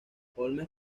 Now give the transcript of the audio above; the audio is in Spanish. holmes